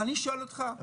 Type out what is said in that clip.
אני שואל אותך,